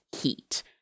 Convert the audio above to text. heat